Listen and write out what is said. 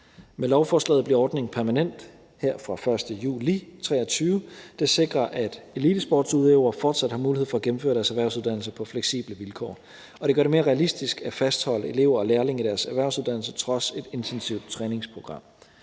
Med lovforslaget bliver ordningen permanent her fra den 1. juli 2023. Det sikrer, at elitesportsudøvere fortsat har mulighed for at gennemføre deres erhvervsuddannelse på fleksible vilkår, og det gør det mere realistisk at fastholde elever og lærlinge i deres erhvervsuddannelse trods et intensivt træningsprogram.